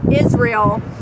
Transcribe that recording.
israel